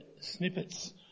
snippets